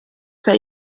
sei